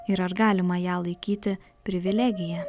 ir ar galima ją laikyti privilegija